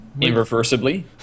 irreversibly